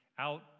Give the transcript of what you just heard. out